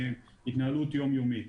התנהלות יום יומית.